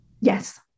Yes